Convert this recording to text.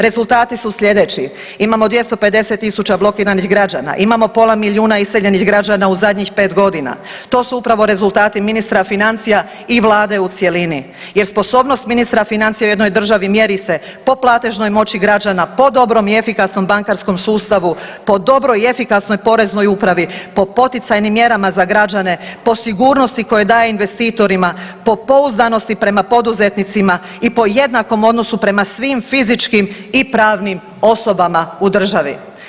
Rezultati su sljedeći, imamo 250 tisuća blokiranih građana, imamo pola milijuna iseljenih građana u zadnjih 5 godina to su upravo rezultati ministra financija i Vlade u cjelini jer sposobnost ministra financija u jednoj državi mjeri se po platežnoj moći građana, po dobrom i efikasnom bankarskom sustavu, po dobroj i efikasnoj Poreznoj upravi, po poticajnim mjerama za građane, po sigurnosti koje daje investitorima, po pouzdanosti prema poduzetnicima i po jednakom odnosu prema svim fizičkim i pravnim osobama u državi.